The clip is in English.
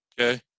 Okay